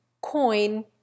coin